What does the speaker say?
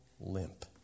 limp